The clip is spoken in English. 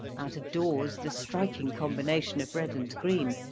out of doors the striking combination of red and green,